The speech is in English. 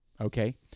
okay